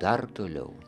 dar toliau